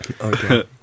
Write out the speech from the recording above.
okay